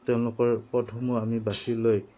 তেওঁলোকৰ পথসমূহ আমি বাচি লৈ